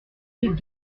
deux